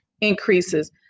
increases